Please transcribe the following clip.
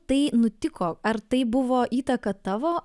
tai nutiko ar tai buvo įtaka tavo